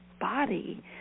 body